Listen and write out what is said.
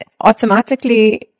automatically